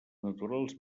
naturals